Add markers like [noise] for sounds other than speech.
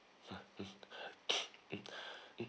[noise]